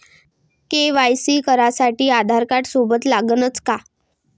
KYC करासाठी आधारकार्ड सोबत लागनच का?